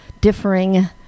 differing